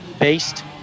based